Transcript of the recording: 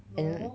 an~